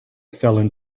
fell